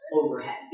overhead